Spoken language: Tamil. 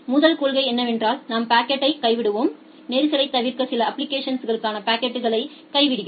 முதல் கொள்கை என்னவென்றால் நாம் பாக்கெட்களை கைவிடுவோம் நெரிசலைத் தவிர்க்க சில அப்ப்ளிகேஷன்ஸ்களுக்கான பாக்கெட்களை கைவிடுகிறோம்